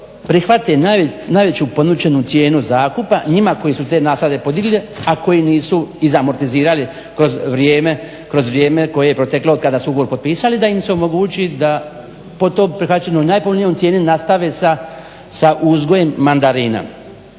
prihvate najveću ponuđenu cijenu zakupa njima koji su te nasade podigli a koji nisu izamortizirali kroz vrijeme koje je proteklo od kada su ugovor potpisali da im se omogući da po tom prihvaćenom najpovoljnijom cijenom nastave sa uzgojem mandarina.